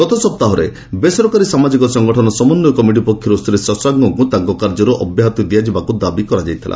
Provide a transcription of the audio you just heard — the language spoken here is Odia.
ଗତ ସପ୍ତାହରେ ବେସରକାରୀ ସାମାଜିକ ସଂଗଠନ ସମନ୍ୱୟ କମିଟି ପକ୍ଷରୁ ଶ୍ରୀ ଶଶାଙ୍କଙ୍କୁ ତାଙ୍କ କାର୍ଯ୍ୟରୁ ଅବ୍ୟାହତି ଦିଆଯିବାକୁ ଦାବି କରାଯାଇଥିଲା